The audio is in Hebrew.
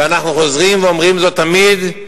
ואנחנו חוזרים ואומרים זאת תמיד,